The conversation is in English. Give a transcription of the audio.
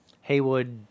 Haywood